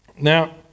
Now